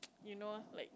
he knows like